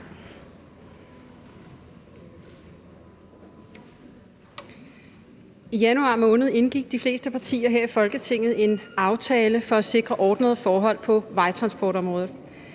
I januar måned indgik de fleste partier her i Folketinget en aftale for at sikre ordnede forhold på vejtransportområdet.